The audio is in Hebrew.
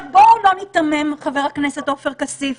בואו לא ניתמם, חבר הכנסת עופר כסיף,